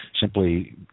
simply